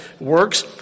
works